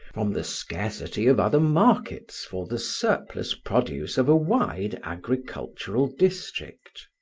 from the scarcity of other markets for the surplus produce of a wide agricultural district.